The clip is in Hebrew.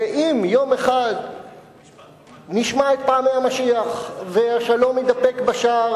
ואם יום אחד נשמע את פעמי המשיח והשלום יתדפק בשער